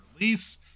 release